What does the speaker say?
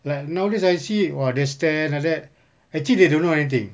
like nowadays I see !wah! they stand like that actually they don't know anything